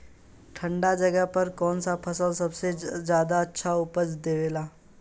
ठंढा जगह पर कौन सा फसल सबसे ज्यादा अच्छा उपज देवेला?